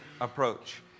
approach